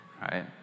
right